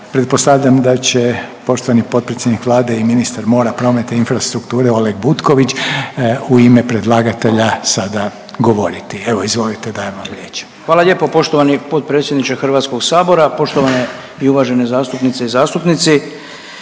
Pretpostavljam da će poštovani potpredsjednik Vlade i ministar mora, prometa infrastrukture Oleg Butković u ime predlagatelja sada govoriti. Evo izvolite dajem vam riječ. **Butković, Oleg (HDZ)** Hvala lijepo. Poštovani potpredsjedniče HS-a, poštovane i uvažene zastupnice i zastupnici.